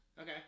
okay